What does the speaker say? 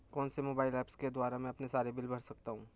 कौनसे mobile apps के द्वारा मैं अपने सारे बिल भर सकता हूं?